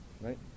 right